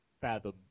fathom